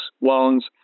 loans